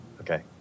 Okay